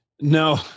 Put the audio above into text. No